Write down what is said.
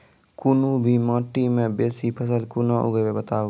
कूनू भी माटि मे बेसी फसल कूना उगैबै, बताबू?